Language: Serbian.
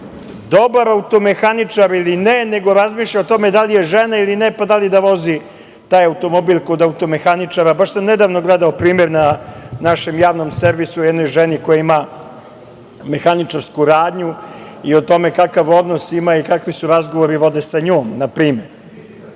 dobar automehaničar ili ne, nego razmišlja o tome da li je žena ili ne, pa da li da vozi taj automobil kod automehaničara? Baš sam nedavno gledao primer na našem javnom servisu o jednoj ženi koja ima mehaničarsku radnju i o tome kakav odnos ima i kakvi se razgovori vode sa njom, na primer. Daću